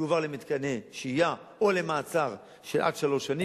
יועבר למתקני שהייה או למעצר של עד שלוש שנים,